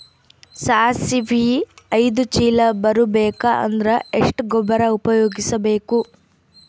ಸಾಸಿವಿ ಐದು ಚೀಲ ಬರುಬೇಕ ಅಂದ್ರ ಎಷ್ಟ ಗೊಬ್ಬರ ಉಪಯೋಗಿಸಿ ಬೇಕು?